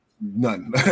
none